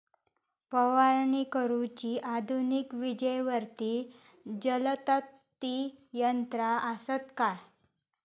फवारणी करुची आधुनिक विजेवरती चलतत ती यंत्रा आसत काय?